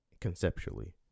Conceptually